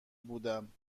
بودم